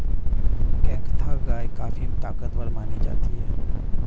केंकथा गाय काफी ताकतवर मानी जाती है